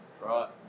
right